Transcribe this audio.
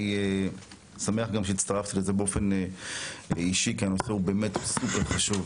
אני גם שמח שהצטרפתי לזה באופן אישי כי הנושא הוא באמת מאוד חשוב.